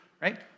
Right